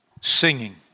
Singing